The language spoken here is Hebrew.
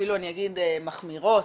אפילו אגיד מחמירות,